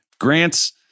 Grants